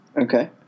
Okay